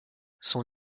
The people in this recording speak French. son